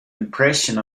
impression